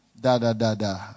da-da-da-da